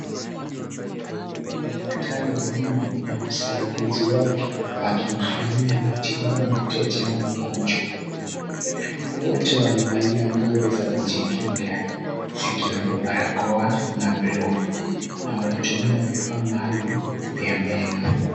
Ni daktari wa meno na msaidizi wake wakimfanyia matibabu mteja au mgonjwa wote wamevalia nguo za kujikinga, zikiwemo barakoa na glovu na wanatumia vifaa maalum vya meno.